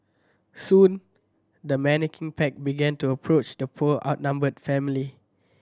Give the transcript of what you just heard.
soon the menacing pack began to approach the poor outnumbered family